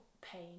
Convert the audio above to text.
pain